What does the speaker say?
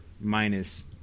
minus